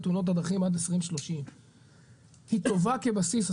תאונות הדרכים עד 2030. היא טובה כבסיס,